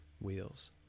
wheels